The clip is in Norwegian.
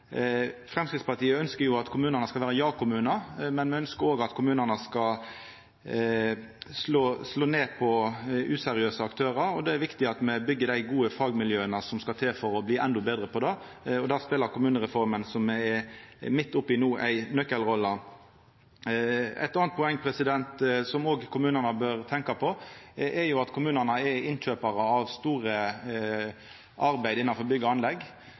at kommunane skal vera ja-kommunar, men me ønskjer òg at kommunane skal slå ned på useriøse aktørar. Det er viktig at me byggjer dei gode fagmiljøa som skal til for å bli endå betre på det. Der spelar kommunereforma, som me er midt oppe i no, ei nøkkelrolle. Eit anna poeng som kommunane òg bør tenkja på, er at dei er innkjøparar av store arbeid innanfor bygg og anlegg.